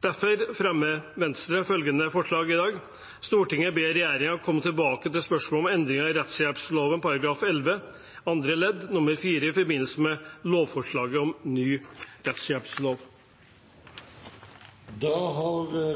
Derfor fremmer Venstre følgende forslag i dag: «Stortinget ber regjeringen komme tilbake til spørsmålet om endringer i rettshjelploven § 11 andre ledd nr. 4 i forbindelse med lovforslaget om ny rettshjelplov.»